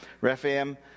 Rephaim